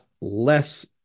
less